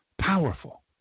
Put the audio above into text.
Powerful